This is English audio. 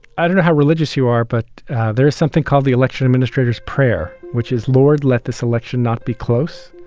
i don't know how religious you are, but there is something called the election administrator's prayer, which is, lord, let this election not be close.